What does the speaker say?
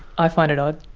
i find it odd,